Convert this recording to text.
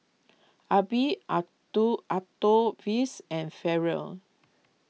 Arbie Octavius and Ferrell